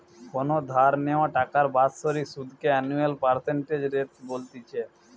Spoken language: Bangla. কোনো ধার নেওয়া টাকার বাৎসরিক সুধ কে অ্যানুয়াল পার্সেন্টেজ রেট বলতিছে